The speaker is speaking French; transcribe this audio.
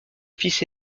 fils